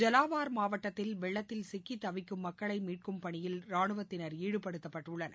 ஜவாவார் மாவட்டத்தில் வெள்ளத்தில் சிக்கித் தவிக்கும் மக்களை மீட்கும் பணியில் ரானுவத்தினா் ஈடுபடுத்தப்பட்டுள்ளனர்